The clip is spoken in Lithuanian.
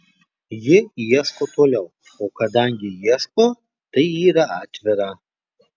ji ieško toliau o kadangi ieško tai yra atvira